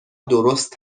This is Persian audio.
درست